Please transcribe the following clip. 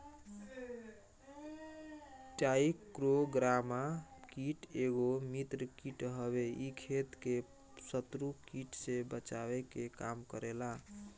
trichogramma कीट एगो मित्र कीट हवे इ खेत के शत्रु कीट से बचावे के काम करेला